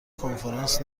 کنفرانس